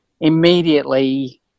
immediately